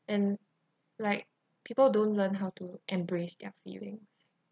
and like people don't learn how to embrace their feelings